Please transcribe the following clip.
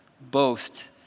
boast